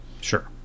Sure